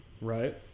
Right